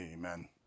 Amen